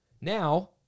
Now